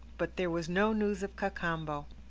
but there was no news of cacambo.